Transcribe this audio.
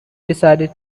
decided